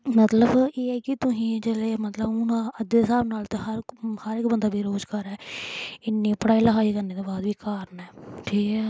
मतलब एह् ऐ कि तुसें गी जेल्लै मतलब हून अज्जै दे स्हाब नाल ते हर हर इक बंदा बेरोजगार ऐ इन्नी पढ़ाई लखाई करने दे बाद बी घर न ठीक ऐ